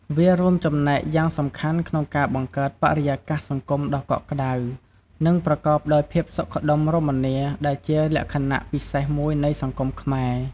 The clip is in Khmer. វារួមចំណែកយ៉ាងសំខាន់ក្នុងការបង្កើតបរិយាកាសសង្គមដ៏កក់ក្តៅ និងប្រកបដោយភាពសុខដុមរមនា ដែលជាលក្ខណៈពិសេសមួយនៃសង្គមខ្មែរ។